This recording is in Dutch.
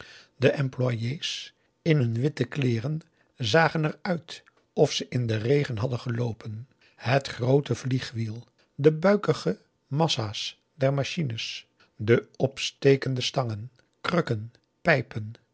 de employé's in hun witte kleeren zagen er uit of ze in den regen hadden geloopen het groote vliegwiel de buikige massaas der machines de opstekende stangen krukken pijpen